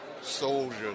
soldiers